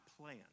plan